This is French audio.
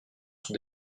sur